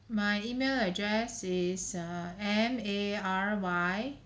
my email address is uh M A R Y